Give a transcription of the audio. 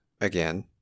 again